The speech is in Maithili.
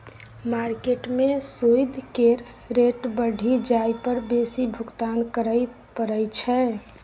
मार्केट में सूइद केर रेट बढ़ि जाइ पर बेसी भुगतान करइ पड़इ छै